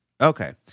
Okay